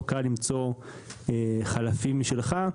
לא קל למצוא חלפים משלך.